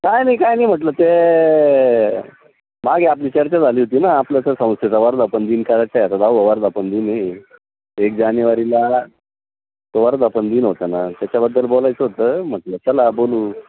काय नाही काय नाही म्हटलं ते मागे आपली चर्चा झाली होती ना आपलं स संस्थेचा वर्धापनदिन करायचा आहे आता दहावा वर्धापनदिन आहे एक जानेवारीला तो वर्धापनदिन होता ना त्याच्याबद्दल बोलायचं होतं म्हटलं चला बोलू